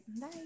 Bye